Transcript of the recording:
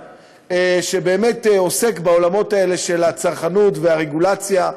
שבאמת עוסק בעולמות האלה של הצרכנות והרגולציה.